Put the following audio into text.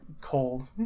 cold